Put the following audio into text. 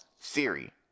Siri